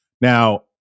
Now